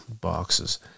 boxes